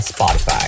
Spotify